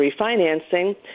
refinancing